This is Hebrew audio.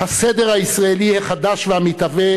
הסדר הישראלי החדש והמתהווה,